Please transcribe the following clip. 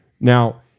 now